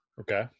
Okay